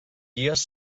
guies